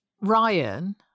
Ryan